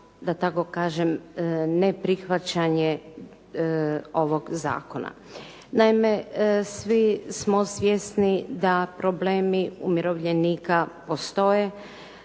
da tako kažem ne prihvaćanje ovoga zakona. Naime, svi smo svjesni da problemi umirovljenika postoje,